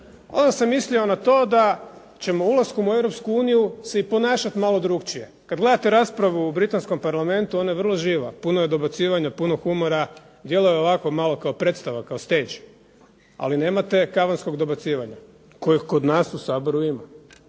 Onda sam mislio na to da ćemo ulaskom u Europsku uniju se i ponašati malo drugačije. Kada gledate u britanskom Parlamentu, ona je vrlo živa. Puno je dobacivanja, puno humora. Djeluje ovako malo kao predstava, kao "stage". Ali nemate kavanskog dobacivanja, kojeg kod nas u Saboru ima.